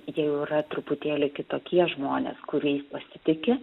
jie jau yra truputėlį kitokie žmonės kuriais pasitiki